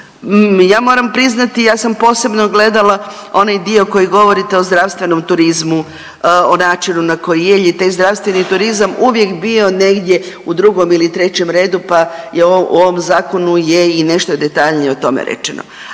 Ja moram priznati ja sam posebno gledala onaj dio koji govorite o zdravstvenom turizmu, o načinu na koji je jer je taj zdravstveni turizam uvijek bio negdje u drugom ili trećem redu pa je u ovom zakonu je i nešto detaljnije o tome rečeno,